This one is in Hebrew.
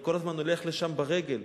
אני כל הזמן הולך לשם ברגל,